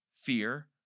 fear